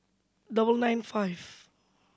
double nine five